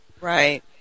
Right